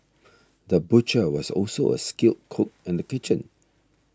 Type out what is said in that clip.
the butcher was also a skilled cook in the kitchen